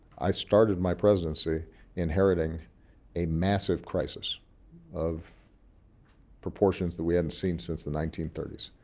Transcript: i started my presidency inheriting a massive crisis of proportions that we haven't seen since the nineteen thirty s.